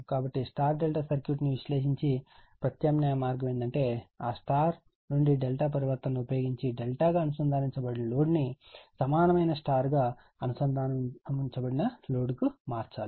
కాబట్టి Υ ∆ సర్క్యూట్ను విశ్లేషించే ప్రత్యామ్నాయ మార్గం ఏమిటంటే ఆ Υ ∆ పరివర్తనను ఉపయోగించి ∆ గా అనుసంధానించబడిన లోడ్ను సమానమైన Υ గా అనుసంధానించబడిన లోడ్కు మార్చడం